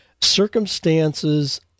circumstances